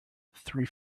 three